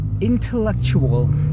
intellectual